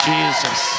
Jesus